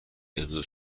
امضا